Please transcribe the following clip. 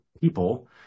people